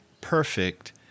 perfect